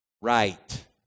right